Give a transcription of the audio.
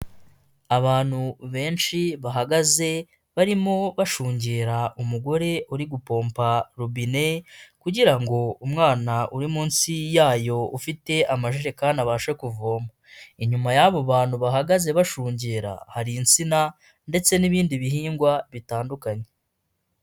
Abantu benshi bahagaze barimo bashungera umugore uri gupompa robine, kugira umwana uri munsi yayo ufite amajerekani abashe kuvoma, inyuma y'abo bantu bahagaze bashungera hari insina ndetse n'ibindi bihingwa bitandukanye.